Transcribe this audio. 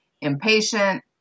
impatient